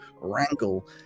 wrangle